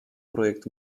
projekt